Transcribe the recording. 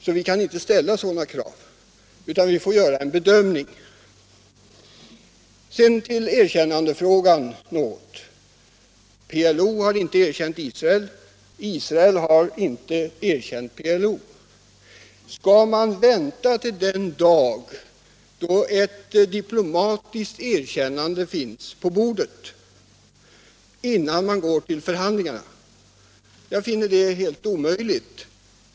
Vi kan alltså inte ställa sådana krav, utan vi får göra en bedömning. Sedan något om erkännandefrågan. PLO har inte erkänt Israel, och Israel har inte erkänt PLO. Skall man vänta till den dag då ett diplomatiskt erkännande finns på bordet innan man går till förhandlingar? Jag finner det helt omöjligt.